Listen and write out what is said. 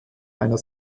einer